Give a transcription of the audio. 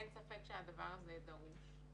אין ספק שהדבר הזה דרוש.